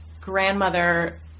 grandmother